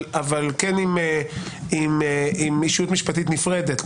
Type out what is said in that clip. אבל כן עם ישות משפטית נפרדת.